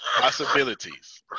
possibilities